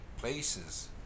places